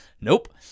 Nope